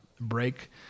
break